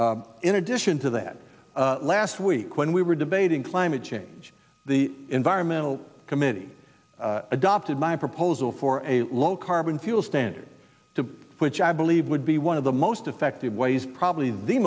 does in addition to that last week when we were debating climate change the environmental committee adopted my proposal for a low carbon fuel standard to which i believe would be one of the most effective ways probably the